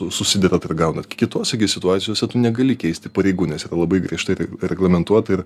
susiderat ir gaunat kitose gi situacijose tu negali keisti pareigų nes yra labai griežtai reglamentuota ir